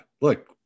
look